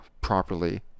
properly